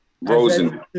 Rosen